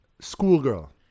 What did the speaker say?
schoolgirl